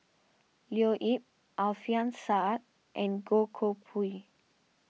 Leo Yip Alfian Sa'At and Goh Koh Pui